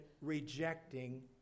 rejecting